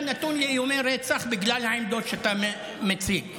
נתון לאיומי רצח בגלל העמדות שאתה מציג.